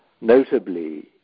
Notably